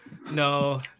No